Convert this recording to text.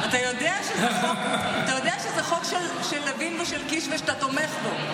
אתה יודע שזה חוק של לוין ושל קיש ושאתה תומך בו.